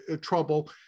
trouble